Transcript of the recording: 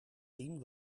tien